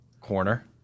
corner